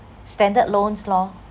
standard loans lor